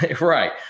right